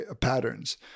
patterns